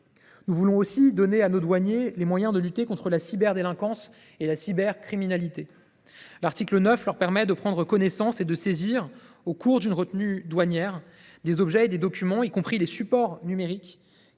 Nous voulons aussi donner à nos douaniers les moyens de lutter contre la cyberdélinquance et la cybercriminalité. L’article 9 leur permet de prendre connaissance et de saisir, au cours d’une retenue douanière, des objets et des documents, y compris les supports numériques,